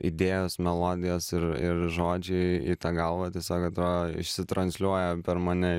idėjos melodijos ir ir žodžiai į tą galvą tiesiog atrodo išsitransliuoja per mane